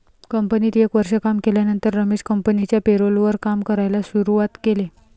कंपनीत एक वर्ष काम केल्यानंतर रमेश कंपनिच्या पेरोल वर काम करायला शुरुवात केले